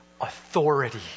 authority